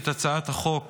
את הצעת חוק